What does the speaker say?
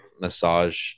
massage